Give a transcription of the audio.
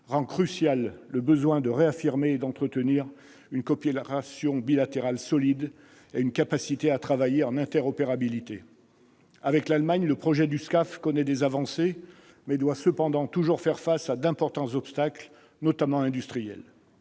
rend crucial le besoin de réaffirmer et d'entretenir une coopération bilatérale solide et une capacité à travailler en interopérabilité. Le projet du SCAF conduit avec l'Allemagne connaît des avancées, mais il doit cependant toujours faire face à d'importants obstacles, notamment industriels.